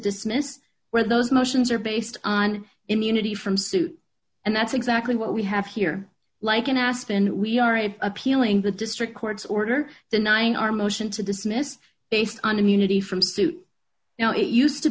dismiss where those motions are based on immunity from suit and that's exactly what we have here like in aspen we are it appealing the district court order the nine our motion to dismiss based on immunity from suit you know it used to